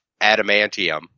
adamantium